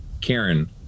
Karen